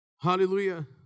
Hallelujah